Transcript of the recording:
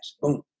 Boom